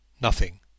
Nothing